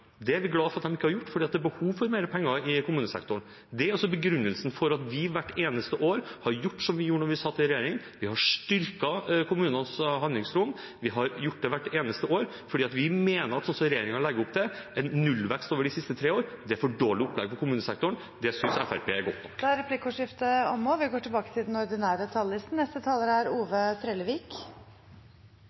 Det er jeg glad for at de ikke har gjort, for det er behov for mer penger i kommunesektoren. Det er begrunnelsen for at vi hvert eneste år har gjort som da vi satt i regjering: Vi har styrket kommunenes handlingsrom. Vi har gjort det hvert eneste år, fordi vi mener at det regjeringen legger opp til – en nullvekst over de siste tre årene – er et for dårlig opplegg for kommunesektoren. Det synes Fremskrittspartiet er godt nok. Replikkordskiftet er omme. Det er god vekst i norsk økonomi. Arbeidsløysa går nedover, og landsgjennomsnittet er